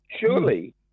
Surely